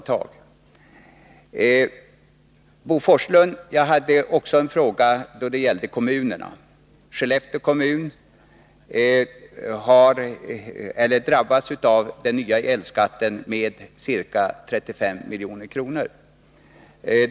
Till Bo Forslund vill jag säga att Skellefteå kommun drabbas av den nya elskatten med ca 35 milj.kr.